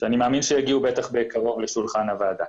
אני מאמין שבקרוב הם יגיעו לשולחן הוועדה.